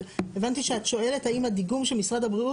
אבל הבנתי שאת שואלת האם הדיגום שמשרד הבריאות